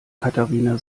katharina